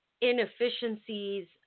inefficiencies